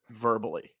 verbally